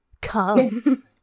Come